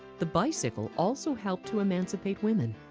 the bicycle also helped to emancipate women.